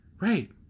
Right